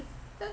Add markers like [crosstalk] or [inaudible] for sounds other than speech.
[laughs]